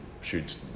shoots